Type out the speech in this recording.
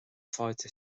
fáilte